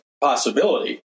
possibility